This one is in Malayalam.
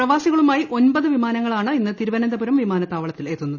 പ്രവാസികളുമായി ഒൻപത് വിമാന്ങ്ങളാ്ണ് ഇന്ന് തിരുവനന്തപുരം വിമാനത്താവളത്തിൽ എത്തുന്നത്